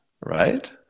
right